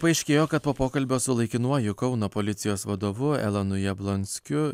paaiškėjo kad po pokalbio su laikinuoju kauno policijos vadovu elonu jablonskiu